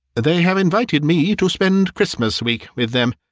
they have invited me to spend christmas week with them,